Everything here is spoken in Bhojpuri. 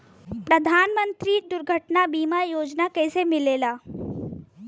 प्रधानमंत्री दुर्घटना बीमा योजना कैसे मिलेला?